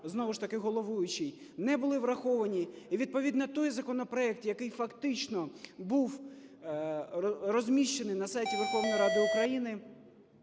знову ж таки, головуючий, не були враховані. І відповідно той законопроект, який фактично був розміщений на сайті Верховної Ради України,